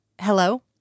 Hello